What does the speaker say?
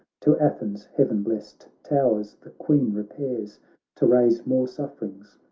to athens' heaven-blest towers the queen repairs to raise more sufferings,